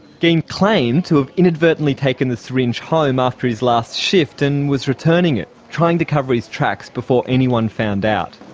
geen claimed to have inadvertently taken the syringe home after his last shift and was returning it, trying to cover his tracks before anyone found out.